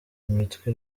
imitwe